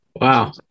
Wow